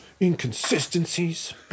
inconsistencies